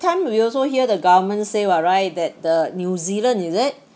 time we also hear the government say [what] right that the new zealand is it